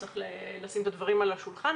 צריך לשים את הדברים על השולחן,